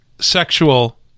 sexual